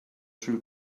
sul